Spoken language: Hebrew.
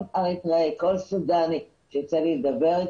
כל סודני שאתו אני מדברת,